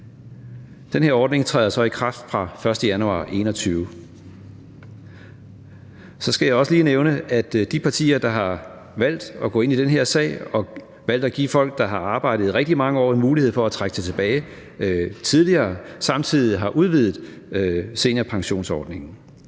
Den her ordning træder så i kraft fra den 1. januar 2021. Så skal jeg også lige nævne, at de partier, der har valgt at gå ind i den her sag og valgt at give folk, der har arbejdet i rigtig mange år, en mulighed for at trække sig tilbage tidligere, samtidig har udvidet seniorpensionsordningen.